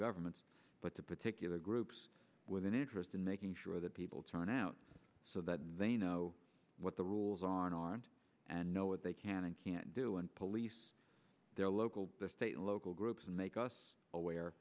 governments but to particular groups with an interest in making sure that people turn out so that they know what the rules on and know what they can and can't do and police their local state and local groups and make us aware